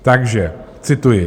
Takže cituji: